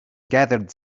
gathered